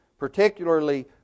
particularly